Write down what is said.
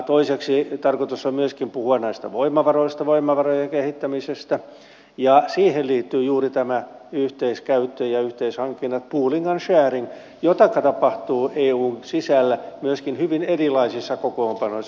toiseksi tarkoitus on myöskin puhua näistä voimavaroista voimavarojen kehittämisestä ja siihen liittyy juuri tämä yhteiskäyttö ja yhteishankinnat pooling and sharing jota tapahtuu eun sisällä myöskin hyvin erilaisissa kokoonpanoissa